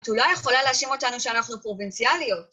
את אולי יכולה להאשים אותנו שאנחנו פרובינציאליות.